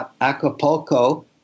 Acapulco